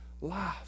life